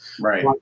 Right